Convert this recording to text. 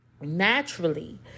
naturally